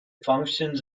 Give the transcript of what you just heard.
functions